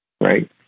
Right